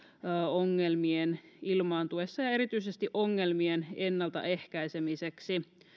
ongelmien ilmaantuessa ja erityisesti ongelmien ennaltaehkäisemiseksi